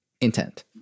intent